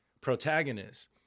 protagonist